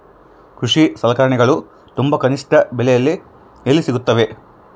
ಕೃಷಿ ಸಲಕರಣಿಗಳು ತುಂಬಾ ಕನಿಷ್ಠ ಬೆಲೆಯಲ್ಲಿ ಎಲ್ಲಿ ಸಿಗುತ್ತವೆ?